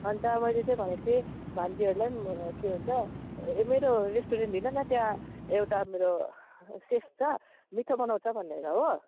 अन्त मैले चाहिँ भनेको थिएँ भान्जीहरूलाई पनि के भन्छ मेरो रेस्टुरेन्ट हिँड न त्यहाँ एउटा मेरो सेफ छ मिठो बनाउँछ भनेर हो